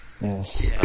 Yes